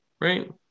right